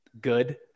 good